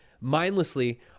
mindlessly